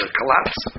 collapse